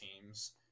teams